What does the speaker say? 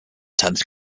tenth